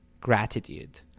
gratitude